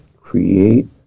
create